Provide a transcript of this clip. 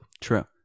True